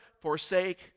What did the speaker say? forsake